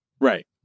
Right